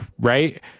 right